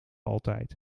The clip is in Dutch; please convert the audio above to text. altijd